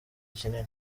kinini